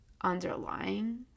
underlying